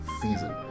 season